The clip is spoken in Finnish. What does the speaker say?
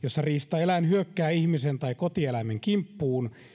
jossa riistaeläin hyökkää ihmisen tai kotieläimen kimppuun